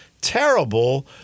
terrible